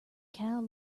cow